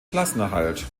klassenerhalt